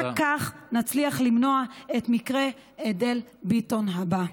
רק כך נצליח למנוע את מקרה אדל ביטון הבא.